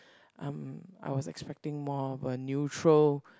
I'm I was expecting more of a neutral